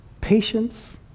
patience